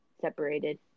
separated